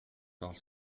parle